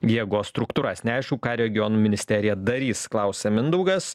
jėgos struktūras neaišku ką regionų ministerija darys klausia mindaugas